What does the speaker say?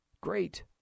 great